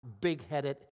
big-headed